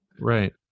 Right